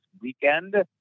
weekend